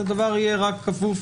והדבר יהיה רק כפוף